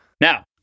Now